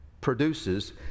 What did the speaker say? produces